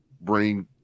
bring –